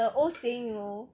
the old saying you know